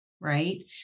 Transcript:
right